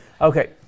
Okay